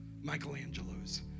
michelangelo's